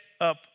up